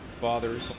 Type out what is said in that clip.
fathers